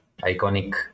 iconic